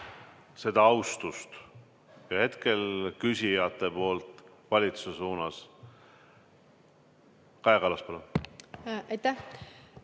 seda austust, hetkel küsijate poolt valitsuse suunas! Kaja Kallas, palun!